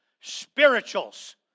spirituals